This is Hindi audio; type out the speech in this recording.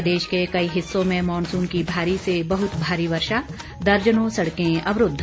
प्रदेश के कई हिस्सों में मॉनसून की भारी से बहुत भारी वर्षा दर्जनों सड़कें अवरूद्व